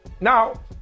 Now